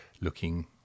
looking